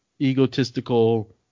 egotistical